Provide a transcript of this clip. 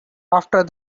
after